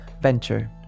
venture